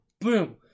Boom